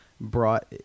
brought